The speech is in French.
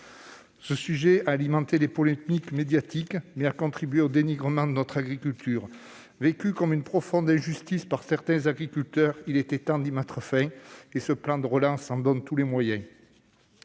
Ce sujet a alimenté les polémiques médiatiques et a contribué au dénigrement de notre agriculture. Ces polémiques étant vécues comme une profonde injustice par certains agriculteurs, il était temps d'y mettre fin. Ce plan de relance en donne tous les moyens.